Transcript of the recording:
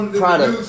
product